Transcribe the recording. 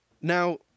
Now